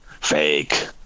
fake